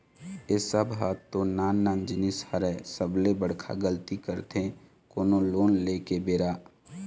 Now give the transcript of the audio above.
ए सब ह तो नान नान जिनिस हरय सबले बड़का गलती करथे कोनो लोन ले के बेरा